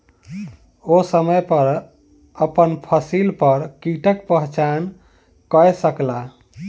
ओ समय पर अपन फसिल पर कीटक पहचान कय सकला